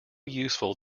useful